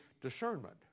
discernment